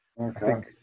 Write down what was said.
Okay